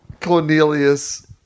Cornelius